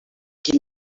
qui